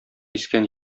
искән